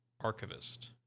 Archivist